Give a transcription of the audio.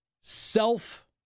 self